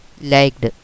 liked